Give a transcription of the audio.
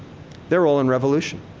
they're all in revolution.